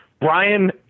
Brian